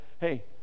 hey